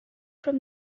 from